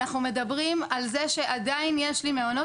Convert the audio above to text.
אנחנו מדברים על זה שעדיין יש לי מעונות